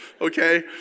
okay